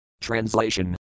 Translation